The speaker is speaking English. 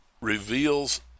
reveals